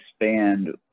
expand